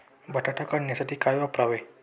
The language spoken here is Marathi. बटाटा काढणीसाठी काय वापरावे?